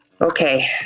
Okay